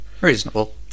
Reasonable